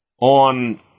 on